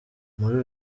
muri